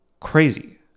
crazy